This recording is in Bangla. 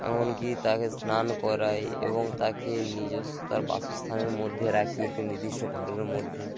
এমনকি তাকে স্নান করাই এবং তাকে নিজস্ব তার বাসস্থানের মধ্যে রাখি একটি নির্দিষ্ট ঘরের মধ্যে